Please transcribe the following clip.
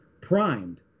primed